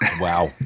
Wow